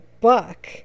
Buck